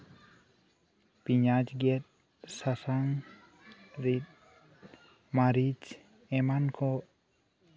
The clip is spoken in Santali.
ᱯᱤᱸᱭᱟᱡᱽ ᱜᱮᱛ ᱥᱟᱥᱟᱝ ᱨᱤᱫ ᱢᱟᱹᱨᱤᱪ ᱮᱢᱟᱱ ᱠᱚ